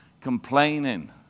complaining